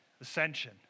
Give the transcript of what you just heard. ascension